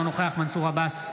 אינו נוכח מנסור עבאס,